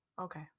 Okay